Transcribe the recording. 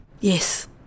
Yes